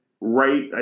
right –